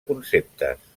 conceptes